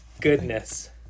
goodness